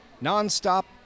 non-stop